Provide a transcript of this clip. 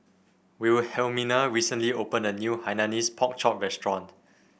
Wilhelmina recently opened a new Hainanese Pork Chop restaurant